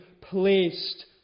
placed